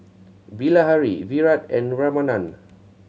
Bilahari Virat and Ramanand